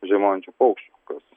žiemojančių paukščių kas